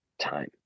time